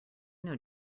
know